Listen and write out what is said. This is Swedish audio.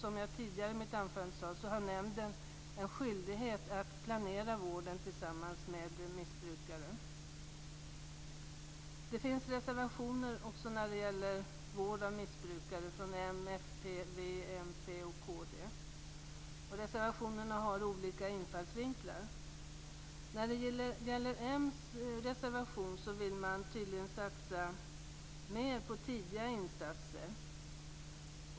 Som jag sade tidigare i mitt anförande har nämnden en skyldighet att planera vården tillsammans med missbrukarna. Det finns reservationer när det gäller vård av missbrukare från Moderaterna, Folkpartiet, Vänsterpartiet, Miljöpartiet och Kristdemokraterna. Reservationerna har olika infallsvinklar. I Moderaternas reservation vill man tydligen satsa mer på tidiga insatser.